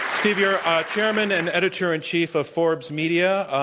steve, you're chairman and editor-in-chief of forbes media.